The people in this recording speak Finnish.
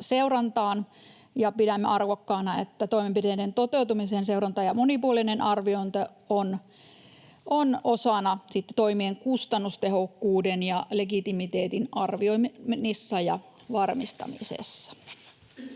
seurantaan, ja pidämme arvokkaana, että toimenpiteiden toteutumisen seuranta ja monipuolinen arviointi ovat osana toimien kustannustehokkuuden ja legitimiteetin arviointia ja varmistamista.